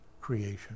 creation